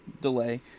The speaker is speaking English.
delay